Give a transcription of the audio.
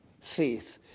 faith